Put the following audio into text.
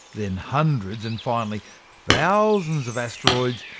then hundreds and finally thousands of asteroids,